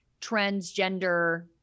transgender